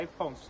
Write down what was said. iphone